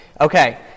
Okay